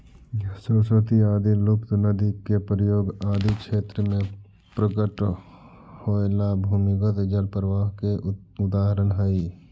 सरस्वती आदि लुप्त नदि के प्रयाग आदि क्षेत्र में प्रकट होएला भूमिगत जल प्रवाह के उदाहरण हई